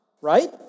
right